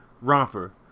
Romper